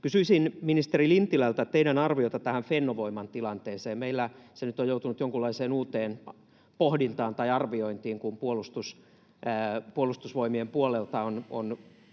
Kysyisin ministeri Lintilältä arviota Fennovoiman tilanteeseen. Meillä se on nyt joutunut jonkinlaiseen uuteen pohdintaan tai arviointiin, kun Puolustusvoimien puolelta on